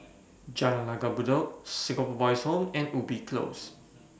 Jalan Langgar Bedok Singapore Boys' Home and Ubi Close